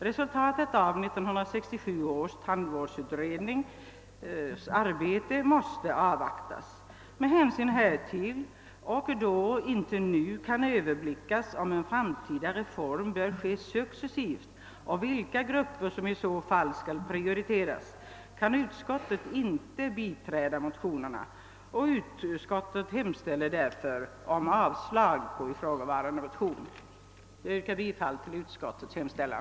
Resultatet av 1967 års folktandvårdsutrednings arbete måste avvaktas. Med hänsyn härtill och då inte nu kan överblickas om en framtida reform bör ske successivt och vilka grupper som i så fall skall prioriteras, kan utskottet inte biträda motionerna.» Utskottet hemställer således om avslag på ifrågavarande motioner. Jag yrkar bifall till utskottets hemställan.